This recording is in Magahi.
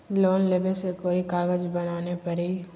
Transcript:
लोन लेबे ले कोई कागज बनाने परी?